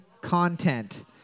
content